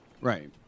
Right